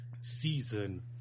season